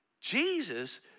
Jesus